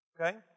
Okay